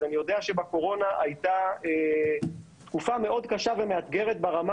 אז אני יודע שבקורונה הייתה תקופה מאוד קשה ומאתגרת ברמה